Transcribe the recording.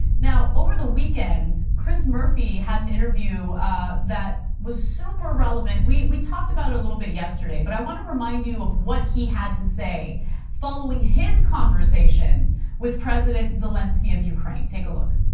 now, over the weekend, chris murphy had an interview that was super relevant. we we talked about it a little bit yesterday, but i want to remind you of what he had to say following his conversation with president zelensky of ukraine. take a look.